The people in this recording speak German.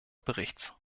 berichts